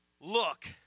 look